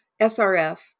SRF